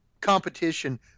competition